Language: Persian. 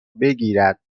بگیرد